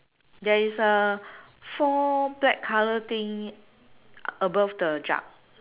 there is a four black colour thing above then jug